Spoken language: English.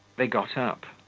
they got up.